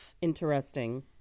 Interesting